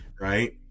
Right